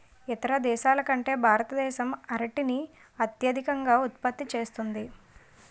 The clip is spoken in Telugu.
ఇతర దేశాల కంటే భారతదేశం అరటిని అత్యధికంగా ఉత్పత్తి చేస్తుంది